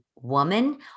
Woman